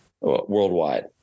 worldwide